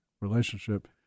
relationship